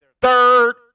third